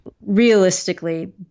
realistically